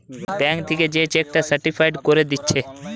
bank থিকে যে cheque টা সার্টিফায়েড কোরে দিচ্ছে